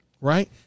Right